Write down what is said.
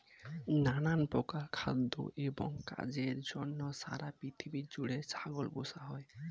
নানা প্রকার খাদ্য এবং কাজের জন্য সারা পৃথিবী জুড়ে ছাগল পোষা হয়